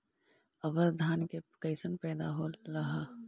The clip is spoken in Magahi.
अबर धान के कैसन पैदा होल हा?